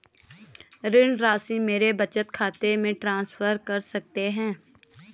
ऋण राशि मेरे बचत खाते में ट्रांसफर कर सकते हैं?